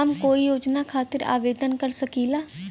हम कोई योजना खातिर आवेदन कर सकीला?